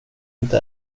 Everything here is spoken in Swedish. inte